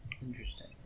Interesting